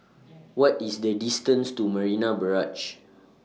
What IS The distance to Marina Barrage